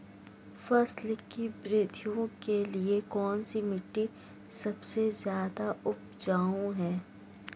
फसल की वृद्धि के लिए कौनसी मिट्टी सबसे ज्यादा उपजाऊ है?